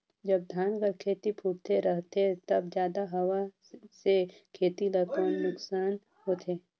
जब धान कर खेती फुटथे रहथे तब जादा हवा से खेती ला कौन नुकसान होथे?